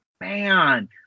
man